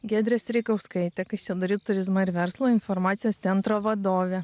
giedrė streikauskaitė kaišiadorių turizmo ir verslo informacijos centro vadovė